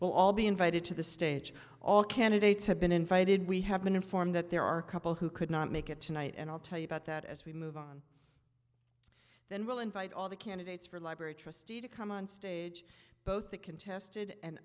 will all be invited to the stage all candidates have been invited we have been informed that there are a couple who could not make it tonight and i'll tell you about that as we move on then we'll invite all the candidates for library trustee to come on stage both the contested and